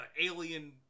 alien